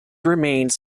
remains